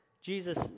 Jesus